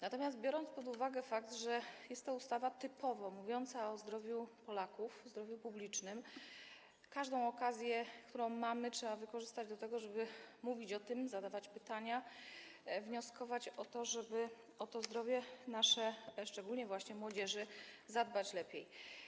Natomiast biorąc pod uwagę fakt, że jest to ustawa typowa, mówiąca o zdrowiu Polaków, zdrowiu publicznym, każdą okazję, którą mamy, trzeba wykorzystać do tego, żeby rozmawiać o tym, zadawać pytania, wnioskować o to, żeby o to zdrowie nasze, szczególnie młodzieży, zadbać lepiej.